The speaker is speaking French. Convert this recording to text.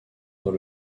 dans